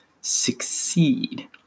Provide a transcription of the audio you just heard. succeed